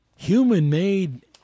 human-made